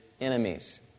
enemies